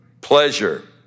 pleasure